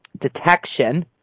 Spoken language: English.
detection